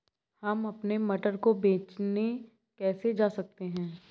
हम अपने मटर को बेचने कैसे जा सकते हैं?